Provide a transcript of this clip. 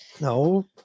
No